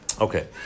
Okay